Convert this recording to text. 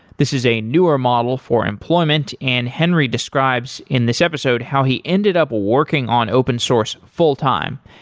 this is a newer model for employment and henry describes in this episode how he ended up working on open source full-time,